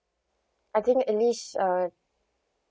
I think at least uh